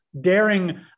daring